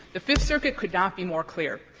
the fifth circuit could not be more clear.